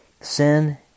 Sin